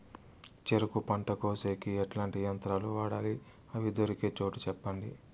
చెరుకు పంట కోసేకి ఎట్లాంటి యంత్రాలు వాడాలి? అవి దొరికే చోటు చెప్పండి?